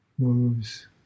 moves